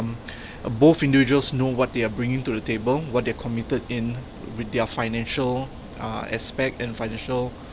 uh both individuals know what they are bringing to the table what they're committed in with their financial uh aspect and financial